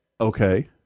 Okay